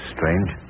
Strange